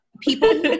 people